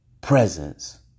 presence